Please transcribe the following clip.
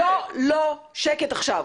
שקט עכשיו.